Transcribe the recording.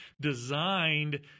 designed